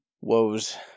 woes